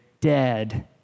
dead